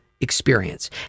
experience